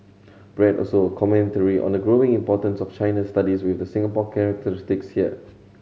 read also a commentary on the growing importance of China studies with Singapore characteristics here